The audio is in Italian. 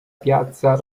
piazza